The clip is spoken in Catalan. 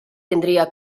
tindria